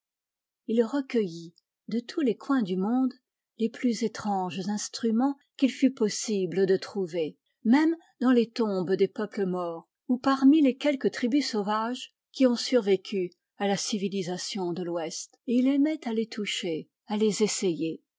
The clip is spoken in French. il recueillit de tous les coins du monde les plus étranges instruments qu'il fût possible de trouver même dans les tombes des peuples morts ou parmi les quelques tribus sauvages qui ont survécu à la civilisation de l'ouest et il aimait à les toucher à les